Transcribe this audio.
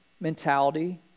mentality